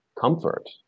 comfort